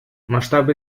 масштабы